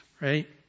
Right